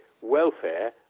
welfare